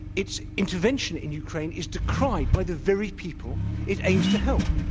its intervention in ukraine is decried by the very people it aims to help.